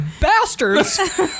bastards